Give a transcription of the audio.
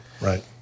right